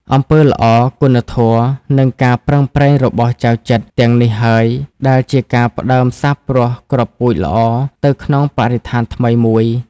អំពើល្អ គុណធម៌ និងការប្រឹងប្រែងរបស់ចៅចិត្រទាំងនេះហើយដែលជាការផ្ដើមសាបព្រោះគ្រាប់ពូជល្អនៅក្នុងបរិស្ថានថ្មីមួយ។